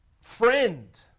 friend